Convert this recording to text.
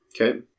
Okay